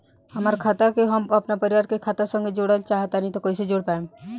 हमार खाता के हम अपना परिवार के खाता संगे जोड़े चाहत बानी त कईसे जोड़ पाएम?